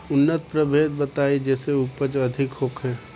उन्नत प्रभेद बताई जेसे उपज अधिक होखे?